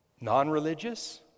non-religious